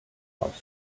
offs